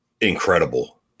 incredible